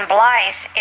Blythe